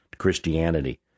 Christianity